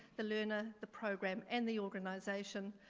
the learner, the program and the organization.